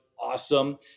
Awesome